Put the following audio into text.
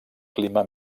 clima